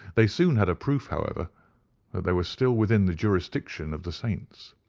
they soon had a proof, however, that they were still within the jurisdiction of the saints.